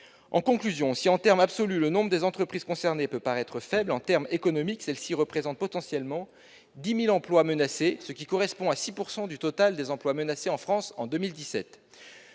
En conclusion, si en termes absolus le nombre des entreprises concernées peut paraître faible, en termes économiques, celles-ci représentent potentiellement 10 000 emplois menacés, ce qui correspond à 6 % du total des emplois menacés en France en 2017.